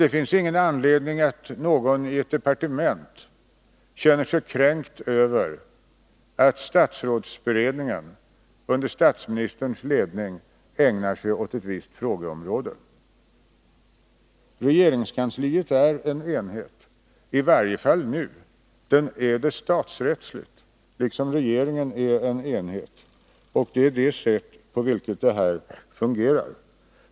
Det finns ingen anledning till att någon i ett departement känner sig kränkt över att statsrådsberedningen under statsministerns ledning ägnar sig åt ett visst frågeområde. Regeringskansliet är en enhet, i varje fall nu. Statsrättsligt är den det, liksom regeringen. Det är på detta sätt det fungerar.